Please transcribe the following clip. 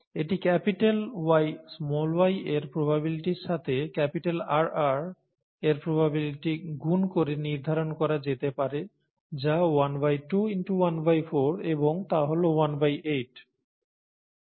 এটি Yy এর প্রবাবিলিটির সাথে RR এর প্রবাবিলিটি গুন করে নির্ধারণ করা যেতে পারে যা ½ x ¼ এবং তা হল 18